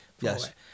yes